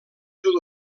sud